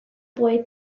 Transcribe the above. boy